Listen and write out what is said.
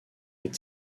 est